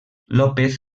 lópez